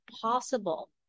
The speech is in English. possible